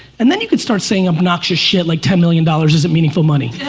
and then you can start saying obnoxious shit like ten million dollars isn't meaningful money.